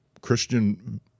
Christian